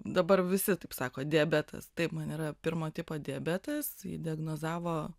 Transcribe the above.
dabar visi taip sako diabetas taip man yra pirmo tipo diabetas diagnozavo